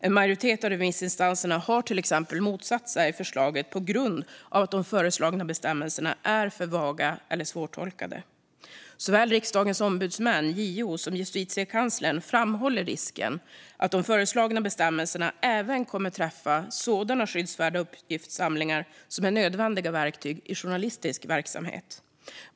En majoritet av remissinstanserna har till exempel motsatt sig förslaget på grund av att de föreslagna bestämmelserna är för vaga eller svårtolkade. Såväl Riksdagens ombudsmän, JO, som Justitiekanslern framhåller risken att de föreslagna bestämmelserna även kommer att träffa sådana skyddsvärda uppgiftssamlingar som är nödvändiga verktyg i journalistisk verksamhet.